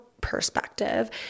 perspective